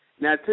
Now